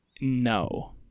no